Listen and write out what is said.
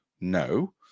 No